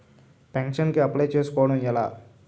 Pension కి apply చేసుకోవడం ఎలా?